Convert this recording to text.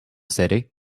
city